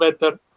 better